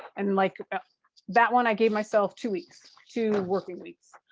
and like that one i gave myself two weeks, two working weeks.